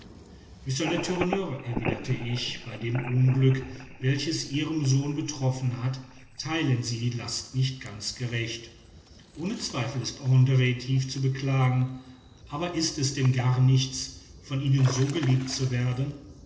ich ihm bei dem unglück welches ihren sohn betroffen hat theilen sie die last nicht ganz gerecht ohne zweifel ist andr tief zu beklagen aber ist es denn gar nichts von ihnen so wie er geliebt zu werden